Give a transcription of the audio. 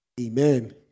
Amen